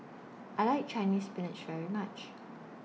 I like Chinese Spinach very much